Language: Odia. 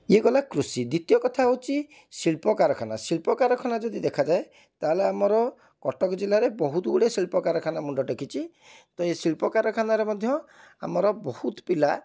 ଇଏ ଗଲା କୃଷି ଦ୍ଵିତୀୟ କଥା ହେଉଛି ଶିଳ୍ପକାରଖାନା ଶିଳ୍ପକାରଖାନା ଯଦି ଦେଖାଯାଏ ତାହେଲେ ଆମର କଟକ ଜିଲ୍ଲାରେ ବହୁତ ଗୁଡ଼ିଏ ଶିଳ୍ପକାରଖାନା ମୁଣ୍ଡ ଟେକିଛି ତ ଏଇ ଶିଳ୍ପକାରଖାନାରେ ମଧ୍ୟ ଆମର ବହୁତ ପିଲା